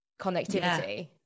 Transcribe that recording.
connectivity